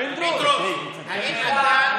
פינדרוס, אני בעד,